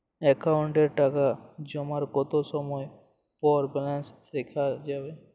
অ্যাকাউন্টে টাকা জমার কতো সময় পর ব্যালেন্স দেখা যাবে?